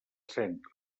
centre